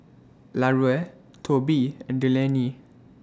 Larue Tobe and Delaney